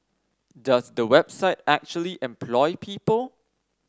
does the website actually employ people